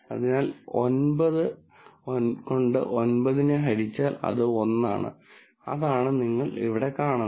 അതിനാൽ 9 കൊണ്ട് 9 ഹരിച്ചാൽ അത് 1 ആണ് അതാണ് നിങ്ങൾ ഇവിടെ കാണുന്നത്